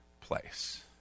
place